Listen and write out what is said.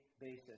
basis